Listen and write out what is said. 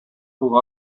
pour